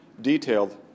detailed